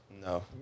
No